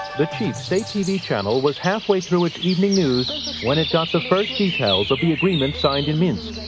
the chief state tv channel was halfway through its evening news when it got the first details of the agreement signed in minsk.